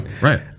right